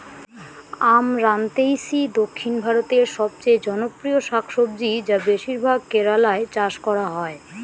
আমরান্থেইসি দক্ষিণ ভারতের সবচেয়ে জনপ্রিয় শাকসবজি যা বেশিরভাগ কেরালায় চাষ করা হয়